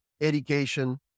education